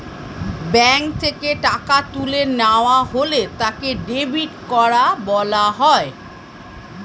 bank থেকে টাকা তুলে নেওয়া হলে তাকে ডেবিট করা বলা হয়